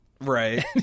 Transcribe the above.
Right